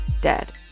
dead